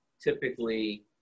typically